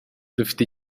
dufite